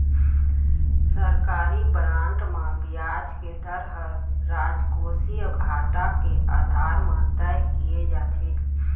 सरकारी बांड म बियाज के दर ह राजकोसीय घाटा के आधार म तय किये जाथे